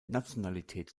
nationalität